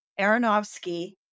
Aronofsky